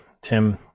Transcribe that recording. Tim